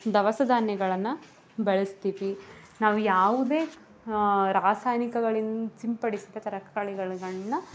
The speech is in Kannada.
ದವಸ ಧಾನ್ಯಗಳನ್ನ ಬಳಸ್ತೀವಿ ನಾವು ಯಾವುದೇ ರಾಸಾಯನಿಕಗಳಿಂದ ಸಿಂಪಡಿಸಿದ ತರಕಾರಿಗಳಗಳನ್ನ